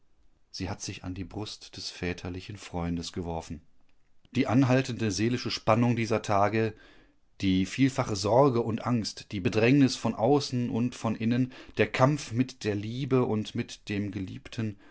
sie hat sich an die brust des väterlichen freundes geworfen die anhaltende seelische spannung dieser tage die vielfache sorge und angst die bedrängnis von außen und von innen der kampf mit der liebe und mit dem geliebten